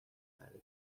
verdi